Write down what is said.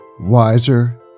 Wiser